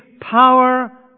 power